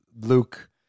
luke